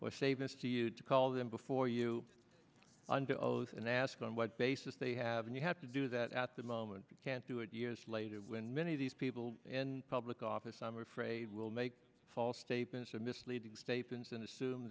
this to you to call them before you under oath and ask on what basis they have and you have to do that at the moment you can't do it years later when many of these people in public office i'm afraid will make false statements or misleading statements and assume